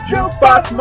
Jukebox